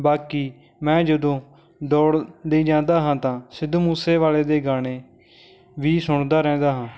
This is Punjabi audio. ਬਾਕੀ ਮੈਂ ਜਦੋਂ ਦੌੜ ਲਈ ਜਾਂਦਾ ਹਾਂ ਤਾਂ ਸਿੱਧੂ ਮੂਸੇਵਾਲੇ ਦੇ ਗਾਣੇ ਵੀ ਸੁਣਦਾ ਰਹਿੰਦਾ ਹਾਂ